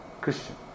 Christian